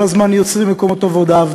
כל הזמן יוצרים מקומות עבודה.